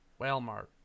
Walmart